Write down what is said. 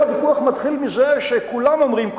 אבל היום הוויכוח מתחיל מזה שכולם אומרים,